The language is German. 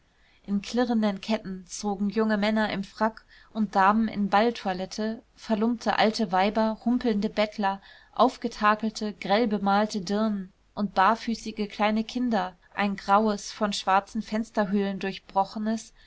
an klirrenden ketten zogen junge männer im frack und damen in balltoilette verlumpte alte weiber humpelnde bettler aufgetakelte grell bemalte dirnen und barfüßige kleine kinder ein graues von schwarzen fensterhöhlen durchbrochenes